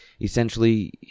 essentially